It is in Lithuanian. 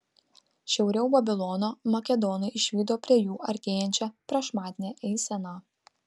šiauriau babilono makedonai išvydo prie jų artėjančią prašmatnią eiseną